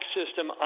system